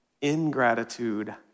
Ingratitude